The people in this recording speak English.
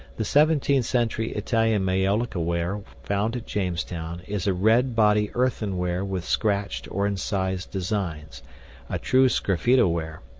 the seventeenth century italian maiolica-ware found at jamestown is a red-body earthenware with scratched or incised designs a true sgraffito-ware.